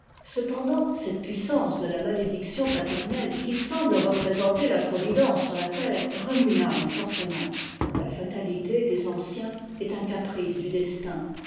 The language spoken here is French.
cependant cette puissance de la malédiction paternelle qui semble représenter la providence sur la terre remue t'âme fortement la fatalité des anciens est un caprice du destin